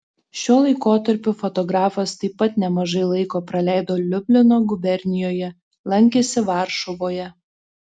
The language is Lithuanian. šiuo laikotarpiu fotografas taip pat nemažai laiko praleido liublino gubernijoje lankėsi varšuvoje